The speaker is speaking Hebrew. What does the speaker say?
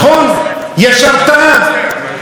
בשישה חודשים מעל 1,000 שרפות,